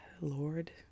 Lord